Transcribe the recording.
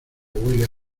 huele